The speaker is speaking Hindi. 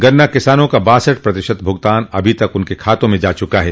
गन्ना किसानों का बासठ प्रतिशत भुगतान अभी तक उनके खातों में जा चुका है